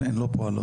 הן לא פועלות.